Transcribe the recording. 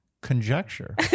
conjecture